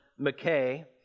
McKay